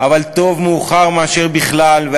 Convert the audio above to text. אבל טוב מאוחר מאשר בכלל לא,